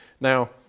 Now